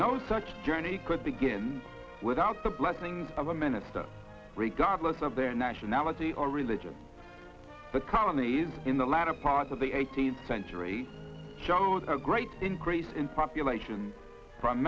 no such journey could begin without the blessing of a minister regardless of their nationality or religion the county is in the latter part of the eighteenth century jungle a great increase in population from